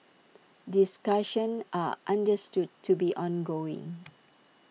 discussions are understood to be ongoing